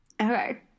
Okay